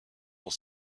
dans